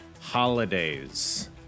holidays